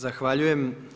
Zahvaljujem.